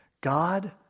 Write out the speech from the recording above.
God